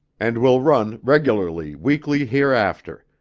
and will run regularly weekly hereafter,